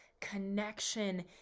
connection